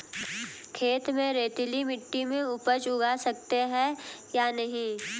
खेत में रेतीली मिटी में उपज उगा सकते हैं या नहीं?